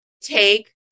take